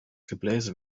gebläse